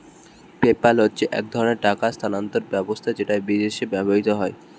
PayPal হচ্ছে এক ধরণের টাকা স্থানান্তর ব্যবস্থা যেটা বিদেশে ব্যবহৃত হয়